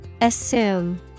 Assume